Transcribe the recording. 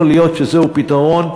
יכול להיות שזהו פתרון,